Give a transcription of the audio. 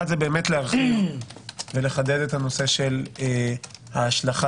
אחד זה לחדד ולהרחיב את הנושא של ההשלכה